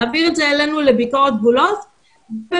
להעביר את זה אלינו לביקורת גבולות וביקורת